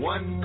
One